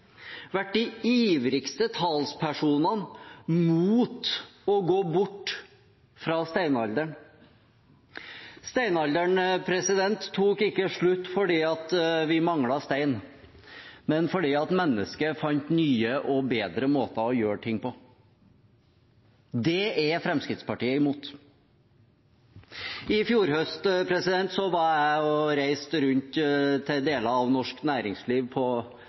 Steinalderen tok ikke slutt fordi vi manglet stein, men fordi mennesket fant nye og bedre måter å gjøre ting på. Det er Fremskrittspartiet imot. I fjor høst reiste jeg rundt til deler av norsk næringsliv på